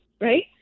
right